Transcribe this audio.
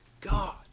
God